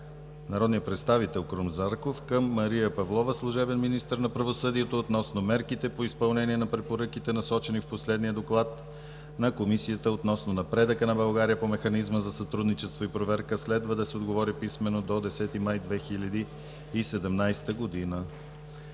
народния представител Крум Зарков към Мария Павлова – служебен министър на правосъдието, относно мерките по изпълнение на препоръките, посочени в последния доклад на Комисията относно напредъка на България по Механизма за сътрудничество и проверка. Следва да се отговори писмено до 10 май 2017 г.